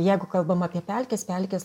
jeigu kalbam apie pelkes pelkės